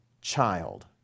child